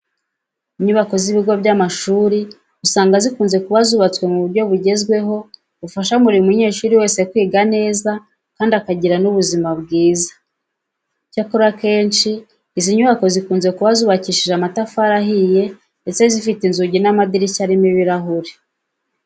Inyubako z'ibigo by'amashuri usanga zikunze kuba zubatswe mu buryo bugezweho bufasha buri munyeshuri wese kwiga neza kandi akagira n'ubuzima bwiza. Icyakora akenshi izi nyubako zikunze kuba zubakishije amatafari ahiye ndetse zifite inzugi n'amadirishya arimo ibirahure.